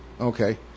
Okay